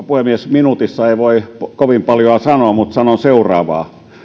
puhemies minuutissa ei voi kovin paljoa sanoa mutta sanon seuraavaa